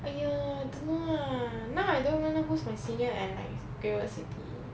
!aiyo! I don't even know lah now I don't even know who's my senior at like great world city